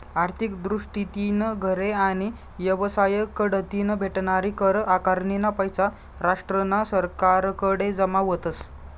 आर्थिक दृष्टीतीन घरे आणि येवसाय कढतीन भेटनारी कर आकारनीना पैसा राष्ट्रना सरकारकडे जमा व्हतस